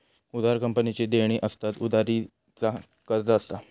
उधार कंपनीची देणी असतत, उधारी चा कर्ज असता